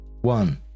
One